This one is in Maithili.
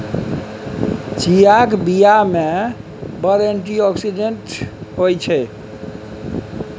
चीयाक बीया मे बड़ एंटी आक्सिडेंट होइ छै